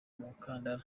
umukandara